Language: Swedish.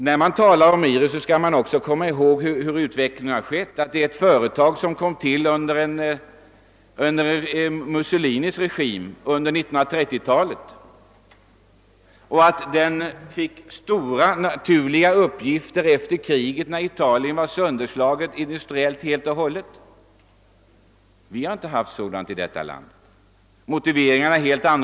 När man talar om IRI skall man också komma ihåg vilken utveckling man haft i Italien. Det är ett företag som kom till under Mussolinis regim under 1930-talet. IRI fick stora naturliga uppgifter efter kriget då Italien låg industriellt sönderslaget. Vi har inte haft sådana förhållanden i vårt land. Motiveringarna här är helt andra.